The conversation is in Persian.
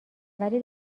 ولی